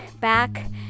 back